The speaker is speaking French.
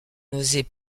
n’osait